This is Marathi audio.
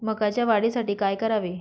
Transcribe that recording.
मकाच्या वाढीसाठी काय करावे?